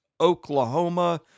Oklahoma